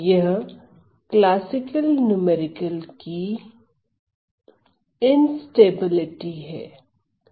यह classical numerical की instability है